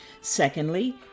Secondly